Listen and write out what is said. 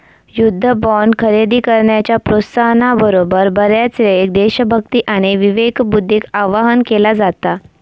युद्ध बॉण्ड खरेदी करण्याच्या प्रोत्साहना बरोबर, बऱ्याचयेळेक देशभक्ती आणि विवेकबुद्धीक आवाहन केला जाता